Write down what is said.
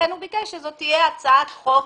לכן הוא ביקש שזאת תהיה הצעת חוק